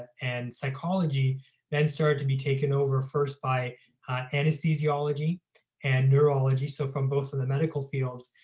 and psychology then started to be taken over first by anesthesiology and neurology. so from both of the medical fields,